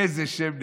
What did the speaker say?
איזה שם נחמד,